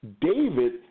David